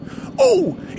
Oh